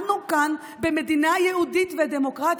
אנחנו כאן במדינה יהודית ודמוקרטית,